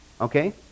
okay